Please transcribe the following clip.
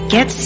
Get